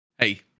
hey